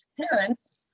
parents